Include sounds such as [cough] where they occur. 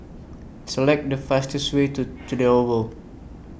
Select The fastest Way to [unintelligible] Oval